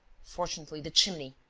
fortunately, the chimney.